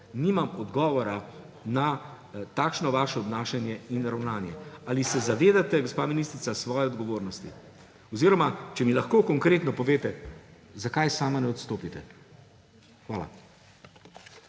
nimam odgovora na takšno vaše obnašanje in ravnanje. Ali se zavedate, gospa ministrica, svoje odgovornosti? Ali če mi lahko konkretno poveste, zakaj sami ne odstopite. Hvala.